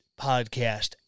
podcast